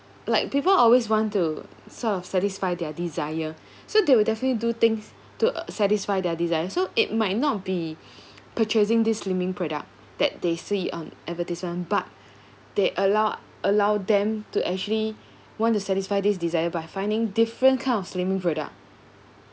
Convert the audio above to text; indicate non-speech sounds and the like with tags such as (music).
like people always want to sort of satisfy their desire (breath) so they will definitely do things to err satisfy their desire so it might not be (breath) purchasing this slimming product that they see on advertisement but they allow allow them to actually want to satisfy this desire by finding different kind of slimming product